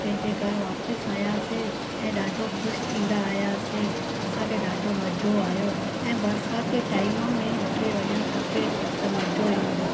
पंहिंजे घरु वापसि आयासीं ऐं ॾाढो ख़ुशि थींदा आयासीं असांखे ॾाढो मज़ो आयो ऐं बरसाति जे टाइम में उते वञणु खपे त मज़ो ईंदो